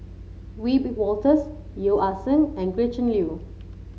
Wiebe Wolters Yeo Ah Seng and Gretchen Liu